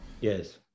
Yes